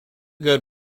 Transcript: good